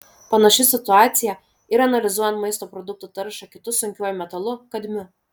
panaši situacija ir analizuojant maisto produktų taršą kitu sunkiuoju metalu kadmiu